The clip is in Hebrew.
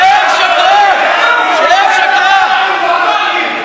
תודה רבה.